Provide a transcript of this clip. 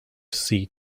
see